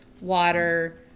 water